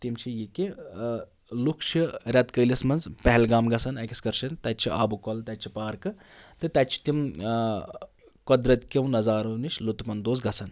تِم چھِ یہِ کہ لُکھ چھِ رٮ۪تہٕ کٲلِس منٛز پہلگام گژھان اٮ۪کٕسکَرشَن تَتہِ چھِ آبہٕ کۄل تَتہِ چھِ پارکہٕ تہٕ تَتہِ چھِ تِم قۄدرَت کیوٚ نَظارو نِش لطف اندوز گژھان